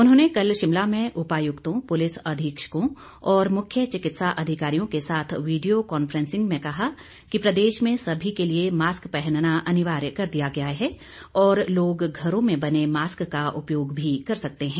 उन्होंने कल शिमला में उपायुक्तों पुलिस अधीक्षकों और मुख्य चिकित्सा अधिकारियों के साथ वीडियो कांफ्रेंसिंग में कहा कि प्रदेश में सभी के लिए मास्क पहनना अनिवार्य कर दिया गया है और लोग घरों में बने मास्क का उपयोग भी कर सकते हैं